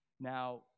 Now